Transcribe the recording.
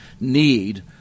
need